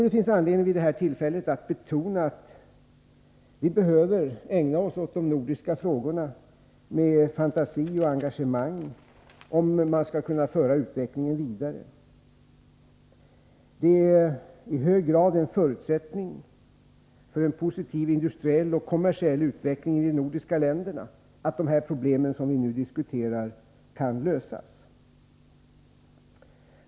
Det finns anledning att vid det här tillfället betona att vi behöver ägna oss åt de nordiska frågorna med fantasi och engagemang, om vi skall kunna föra utvecklingen vidare. Det är i hög grad en förutsättning för en positiv industriell och kommersiell utveckling i de nordiska länderna att de problem som vi nu diskuterar kan lösas.